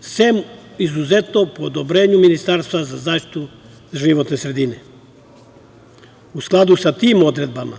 sem izuzetno po odobrenju Ministarstva za zaštitu životne sredine.U skladu sa tim odredbama,